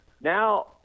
now